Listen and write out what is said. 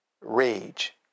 rage